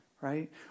right